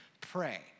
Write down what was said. pray